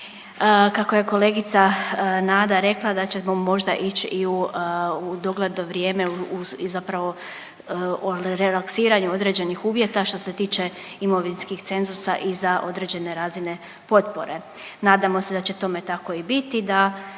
Kako je kolegica Nada rekla da ćemo možda ići i u, u dogledno vrijeme u, i zapravo o relaksiranju određenih uvjeta što se tiče imovinskih cenzusa i za određene razine potpore. Nadajmo se da će tome tako i biti